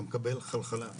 אתה מקבל חלחלה,